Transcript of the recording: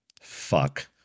fuck